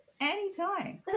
Anytime